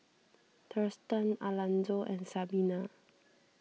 Thurston Alanzo and Sabina